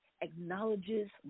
acknowledges